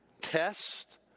Test